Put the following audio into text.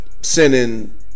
sending